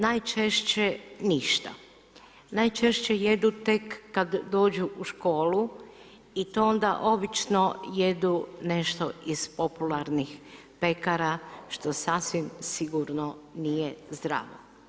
Najčešće ništa, najčešće jedu tek kada dođu u školu i to onda obično jedu nešto popularno iz pekara što sasvim sigurno nije zdravo.